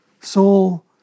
Soul